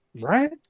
right